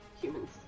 humans